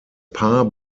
paar